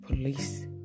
police